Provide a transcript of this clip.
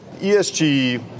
ESG